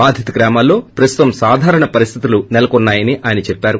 బాధిత గ్రామాలలో ప్రస్తుతం సాధారణ పరిస్దితులు నెలకొన్నాయని ఆయన చెప్పారు